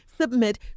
submit